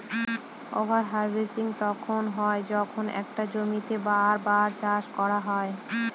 over harvesting তখন হয় যখন একটা জমিতেই বার বার চাষ করা হয়